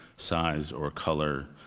size, or color,